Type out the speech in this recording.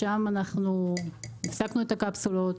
משם אנחנו הפסקנו את הקפסולות.